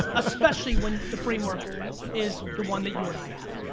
especially when the framework is the one that you and i have.